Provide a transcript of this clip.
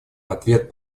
ответ